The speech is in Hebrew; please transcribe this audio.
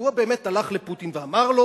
והוא באמת הלך לפוטין ואמר לו: